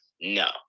no